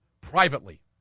privately